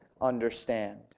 understand